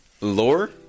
lore